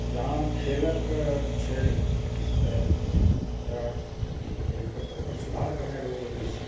जहाँ खेलक छै तऽ एकटा एक एहिपर सुधार करनाइ बहुत जरुरी छै